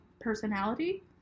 personality